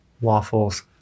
waffles